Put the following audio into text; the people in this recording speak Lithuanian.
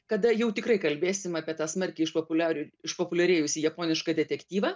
kada jau tikrai kalbėsim apie tą smarkiai išpopuliari išpopuliarėjusį japonišką detektyvą